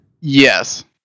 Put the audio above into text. Yes